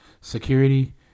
Security